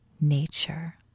nature